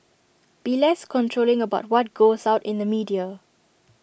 be less controlling about what goes out in the media